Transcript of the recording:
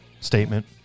statement